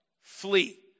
flee